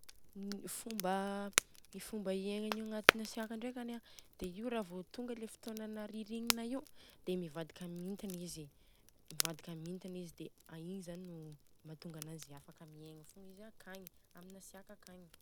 Fomba fomba iaegnanio agnatinasiaka ndreka dia io ra vô tonga le fotônana rirignina io dia mivadika mintina izy. Mivadika mintina izy dia ai igny zani matonga ananjy afaka miegna fogna izy akagny, aminasiaka akagny.